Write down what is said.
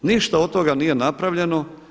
Ništa od toga nije napravljeno.